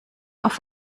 auf